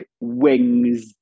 Wings